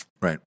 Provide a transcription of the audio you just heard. Right